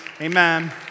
amen